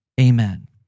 Amen